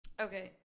Okay